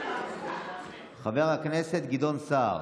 חבר הכנסת גדעון סער,